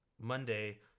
monday